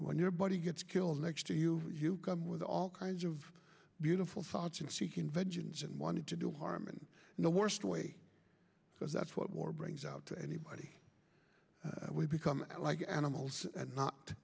when your body gets killed next to you you come with all kinds of beautiful thoughts and seeking vengeance and wanted to do harm and in the worst way because that's what war brings out to anybody we become like animals and not